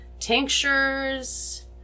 Tinctures